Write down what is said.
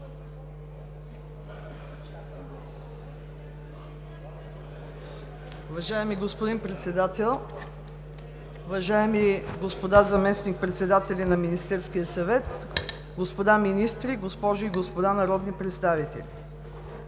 Уважаеми господин Председател, уважаеми господа заместник-председатели на Министерския съвет, господа министри, госпожи и господа народни представители!